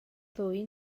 ddwy